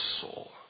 soul